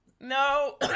No